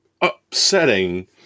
Upsetting